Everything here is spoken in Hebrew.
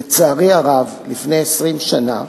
לצערי הרב, לפני 20 שנה,